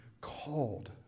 called